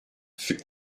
fut